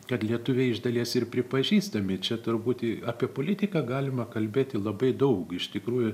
kad lietuviai iš dalies ir pripažįstami čia tur būt apie politiką galima kalbėti labai daug iš tikrųjų